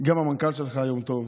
גם המנכ"ל שלך היום טוב.